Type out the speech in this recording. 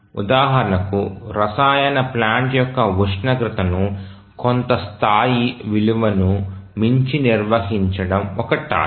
ఉదాహరణకు రసాయన ప్లాంట్ యొక్క ఉష్ణోగ్రతను కొంత స్థాయి విలువను మించి నిర్వహించడం ఒక టాస్క్